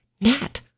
Nat